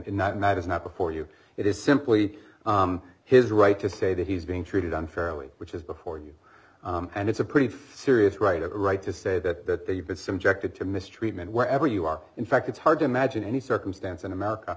not not is not before you it is simply his right to say that he's being treated unfairly which is before you and it's a pretty serious right or right to say that you've been subjected to mistreatment wherever you are in fact it's hard to imagine any circumstance in america